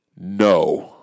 no